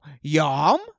Yum